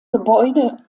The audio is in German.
gebäude